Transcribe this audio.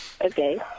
Okay